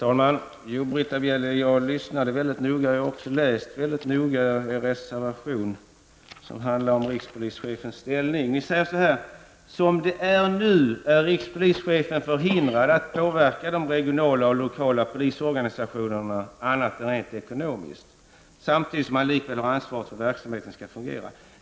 Herr talman! Jag lyssnade väldigt noga, Britta Bjelle, och jag har läst er reservation som handlar om rikspolischefens ställning. Ni skriver så här: ''Som det är nu är rikspolischefen förhindrad att påverka de regionala och lokala polisorganisationerna annat än rent ekonomiskt, samtidigt som han likväl har ansvaret för att verksamheten skall fungera.